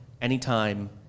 anytime